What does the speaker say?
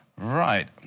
Right